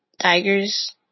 Tigers